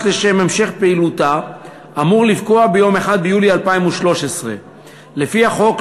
לשם המשך פעילותה אמור לפקוע ביום 1 ביולי 2013. לפי החוק,